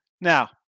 Now